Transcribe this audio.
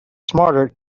smarter